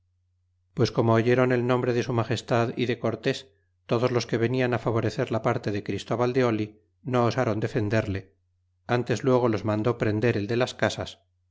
pues como oyeron el nombre de su magestad y de cortés todos los que venian favorecer la parte de christóval de no osáron defenderle ntes luego los mandó prender el de las casas